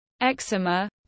eczema